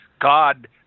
God